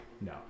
No